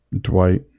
Dwight